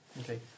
Okay